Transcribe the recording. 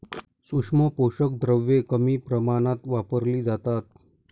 सूक्ष्म पोषक द्रव्ये कमी प्रमाणात वापरली जातात